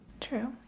True